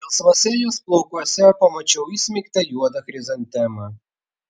gelsvuose jos plaukuose pamačiau įsmeigtą juodą chrizantemą